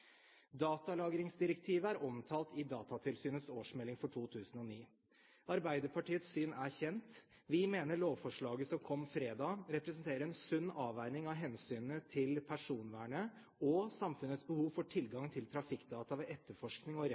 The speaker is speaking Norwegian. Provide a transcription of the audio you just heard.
Datalagringsdirektivet er omtalt i Datatilsynets årsmelding for 2009. Arbeiderpartiets syn er kjent. Vi mener lovforslaget som kom fredag, representerer en sunn avveining av hensynene til personvernet og samfunnets behov for tilgang til trafikkdata ved etterforskning og rettsforfølgelse av alvorlig kriminalitet. Datalagringsdirektivet representerer både et